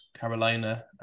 carolina